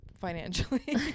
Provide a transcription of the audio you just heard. financially